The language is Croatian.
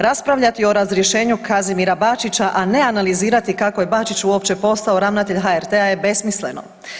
Raspravljati o razrješenju Kazimira Bačića, a ne analizirati kako je Bačić uopće postao ravnatelj HRT-a je besmisleno.